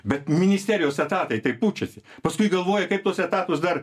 bet ministerijos etatai tai pučias paskui galvoji kaip tuos etatus dar